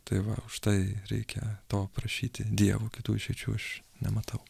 tai va užtai reikia to prašyti dievo kitų išeičių aš nematau